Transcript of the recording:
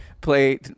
Play